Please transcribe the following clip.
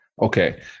Okay